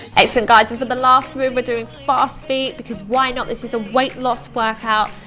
excellent guys, and for the last move we're doing fast feet, because why not. this is a weight loss workout.